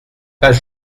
pas